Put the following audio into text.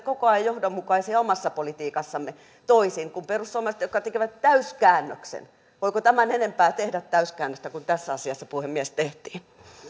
koko ajan johdonmukaisia omassa politiikassamme toisin kuin perussuomalaiset jotka tekevät täyskäännöksen voiko tämän enempää tehdä täyskäännöstä kuin tässä asiassa puhemies tehtiin